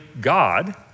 God